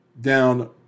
down